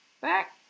Back